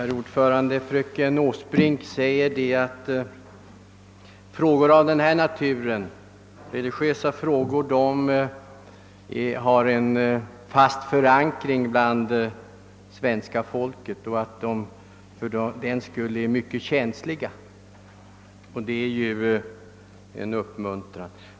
Herr talman! Fröken Åsbrink framhöll i sitt inlägg att religiösa frågor har en fast förankring hos svenska folket och att de därför är mycket känsliga. Den synpunkten anser jag värdefull och uppmuntrande.